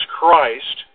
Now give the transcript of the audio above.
Christ